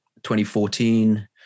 2014